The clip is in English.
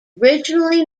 originally